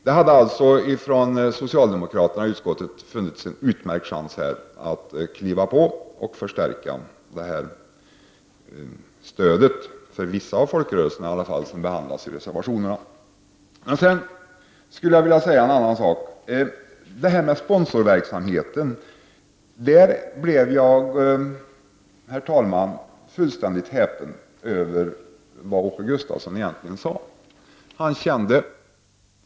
Det hade alltså funnits en utmärkt chans för socialdemokraterna i utskottet att ansluta sig och förstärka stödet till de folkrörelser som behandlas i reservationerna. Jag blev fullständigt häpen över vad Åke Gustavsson sade om sponsorverksamheten.